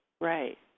right